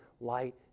light